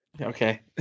okay